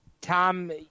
Tom